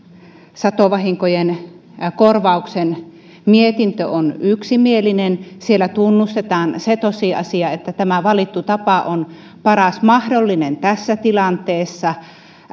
satovahinkojen korvauksen mietintö on yksimielinen ja siellä tunnustetaan se tosiasia että tämä valittu tapa on paras mahdollinen tässä tilanteessa